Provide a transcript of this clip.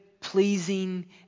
pleasing